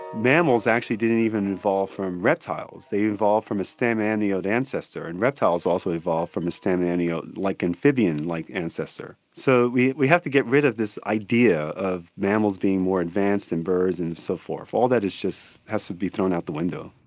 mammals actually didn't even evolve from reptiles, they evolved from a stem amniote ancestor and reptiles also evolved from a stem amniote, like amphibian-like ancestor. so we we have to get rid of this idea of mammals being more advanced than birds and so forth. all that has to be thrown out the window.